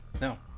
No